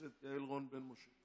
לסדר-היום שמספרן